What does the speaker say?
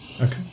Okay